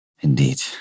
Indeed